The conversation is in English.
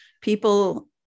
people